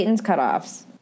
Cutoffs